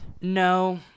no